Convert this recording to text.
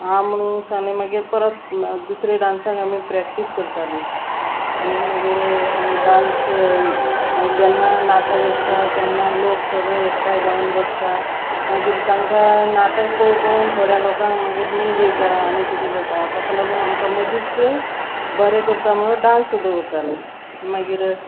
आं म्हणून सांगलें मागीर परत दुसरे डांसांक आमी प्रॅक्टीस करताली आनी मागीर आमी डांस जेन्ना नाटक आसता तेन्ना लोक सगळे एकठांय जावन बसता मागीर तांकां नाटक पळोवं पळोवन थोड्या लोकांक मागीर न्हीद येता आनी कितें जाता ताका लागून आमकां मदींच ते बरें करता म्हणून डांस दवरताले मागीर